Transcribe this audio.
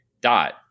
dot